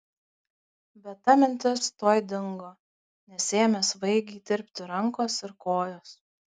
bet ta mintis tuoj dingo nes ėmė svaigiai tirpti rankos ir kojos